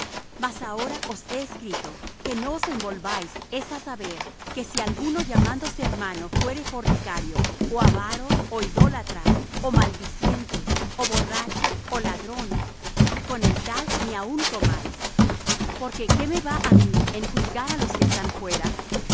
mas ahora os he escrito que no os envolváis es á saber que si alguno llamándose hermano fuere fornicario ó avaro ó idólatra ó maldiciente ó borracho ó ladrón con el tal ni aun comáis porque qué me va á mí en juzgar á los que están fuera